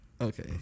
Okay